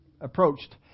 approached